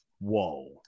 whoa